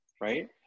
right